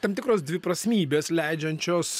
tam tikros dviprasmybės leidžiančios